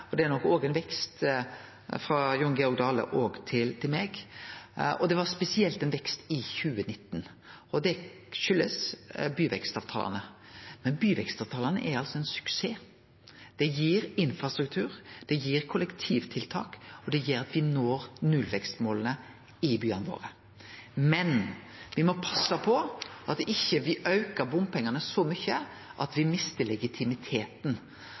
og det er nok òg ein vekst frå Jon Georg Dale til meg. Det var spesielt ein vekst i 2019, og det kjem av byvekstavtalane. Men byvekstavtalane er ein suksess. Dei gir infrastruktur, dei gir kollektivtiltak, og dei gjer at me når nullvekstmåla i byane våre. Men me må passe på at ikkje me aukar bompengane så mykje at me mister legitimiteten.